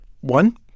One